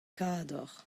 kador